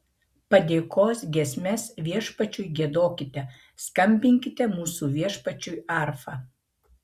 padėkos giesmes viešpačiui giedokite skambinkite mūsų viešpačiui arfa